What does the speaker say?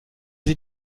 sie